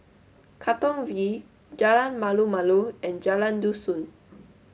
Katong V Jalan Malu Malu and Jalan Dusun